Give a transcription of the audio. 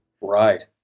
right